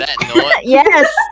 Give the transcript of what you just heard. Yes